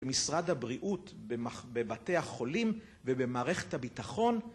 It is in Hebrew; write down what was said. במשרד הבריאות, בבתי החולים ובמערכת הביטחון